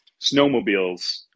snowmobiles